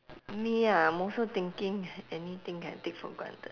me ah I'm also thinking anything I take for granted